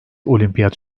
olimpiyat